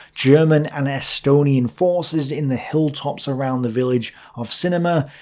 german and estonian forces in the hilltops around the village of sinimae,